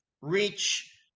reach